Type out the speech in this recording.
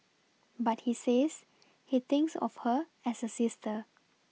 but he says he thinks of her as a sister